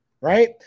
Right